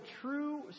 true